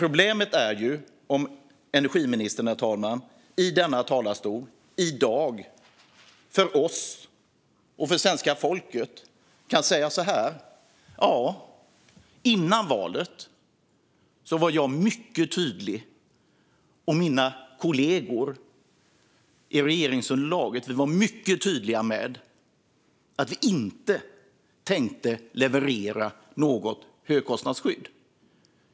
Problemet är om energiministern i denna talarstol i dag för oss och för svenska folket kan säga: Innan valet var jag mycket tydlig med, och mina kollegor i regeringsunderlaget var mycket tydliga med, att vi inte tänkte leverera något högkostnadsskydd.